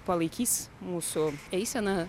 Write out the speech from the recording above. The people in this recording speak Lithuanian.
palaikys mūsų eiseną